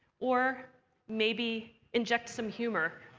or maybe inject some humor.